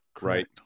Right